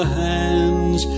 hands